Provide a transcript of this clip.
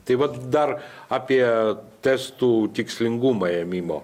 tai vat dar apie testų tikslingumą ėmimo